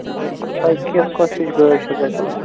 بِلکُل تۄہہِ کِژھ کۄس ہِش گٲڑۍ چھو تۄہہِ تُلٕنۍ